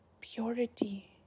purity